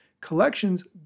Collections